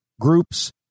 groups